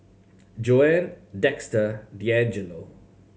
Joanne Dexter Dangelo